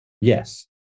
yes